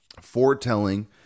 Foretelling